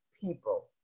people